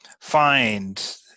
find